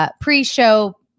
pre-show